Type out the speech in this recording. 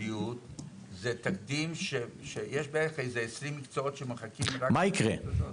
הבריאות זה תקדים שיש בערך 20 מקצועות שמחכים רק --- מה יקרה?